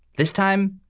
this time,